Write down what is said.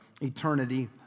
eternity